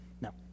No